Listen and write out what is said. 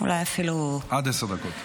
עד עשר דקות.